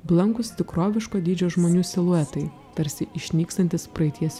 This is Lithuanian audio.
blankūs tikroviško dydžio žmonių siluetai tarsi išnykstantys praeities